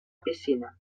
piscina